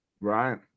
Right